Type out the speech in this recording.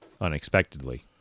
unexpectedly